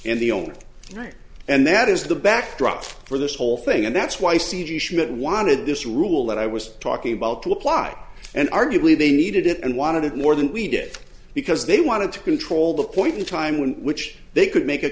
and the owner right and that is the backdrop for this whole thing and that's why c g schmidt wanted this rule that i was talking about to apply and arguably they needed it and wanted it more than we did because they wanted to control the point in time one which they could make a